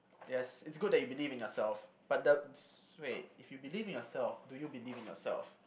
yes it's good that you believe in yourself but d~ wait if you believe in yourself do you believe in yourself